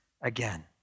again